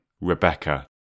Rebecca